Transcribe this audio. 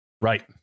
Right